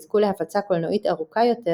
יזכו להפצה קולנועית ארוכה יותר,